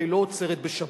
הרי לא עוצרת בשבת,